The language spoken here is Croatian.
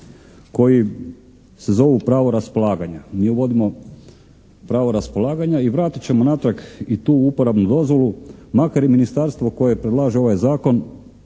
koji se zovu pravo raspolaganja. Mi uvodimo pravo raspolaganja i vratit ćemo natrag i tu uporabnu dozvolu makar i ministarstvo koje predlaže ovaj Zakon